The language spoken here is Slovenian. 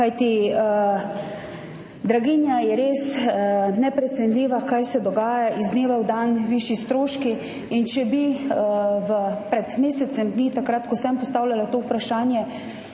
kajti draginja je res neprecenljiva, kaj se dogaja, iz dneva v dan višji stroški, in če bi pred mesecem dni, takrat, ko sem postavljala to vprašanje,